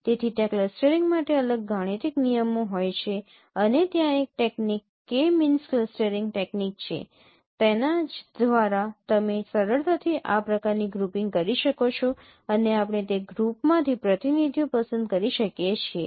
તેથી ત્યાં ક્લસ્ટરિંગ માટે અલગ ગાણિતીક નિયમો હોય છે અને ત્યાં એક technique K means clustering technique છે તેના દ્વારા તમે સરળતાથી આ પ્રકારની ગ્રુપીંગ કરી શકો છો અને આપણે તે ગ્રુપમાંથી પ્રતિનિધિઓ પસંદ કરી શકીએ છીએ